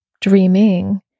dreaming